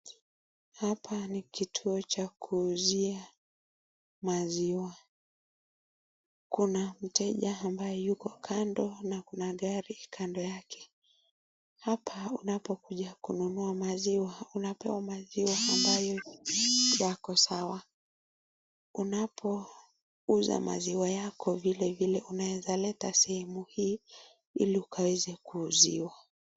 Hapa ni kituo cha kuuzia maziwa. Kuna mteja ambaye yuko kando na kuna gari upande wake. Hapa unapokuja kununua maziwa unapewa maziwa ambayo yako sawa unapouza maziwa yako vilevile unaweza leta sehemu hii ili ukaweze kuuziwa.